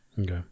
Okay